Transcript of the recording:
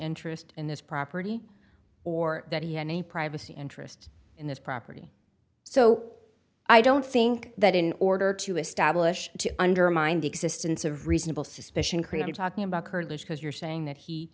interest in this property or that he any privacy interest in this property so i don't think that in order to establish to undermine the existence of reasonable suspicion created talking about courage because you're saying that he